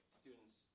students